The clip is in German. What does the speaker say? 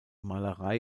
malerei